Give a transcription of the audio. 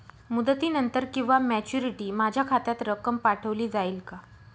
मुदतीनंतर किंवा मॅच्युरिटी माझ्या खात्यात रक्कम पाठवली जाईल का?